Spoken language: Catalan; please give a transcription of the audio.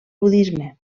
budisme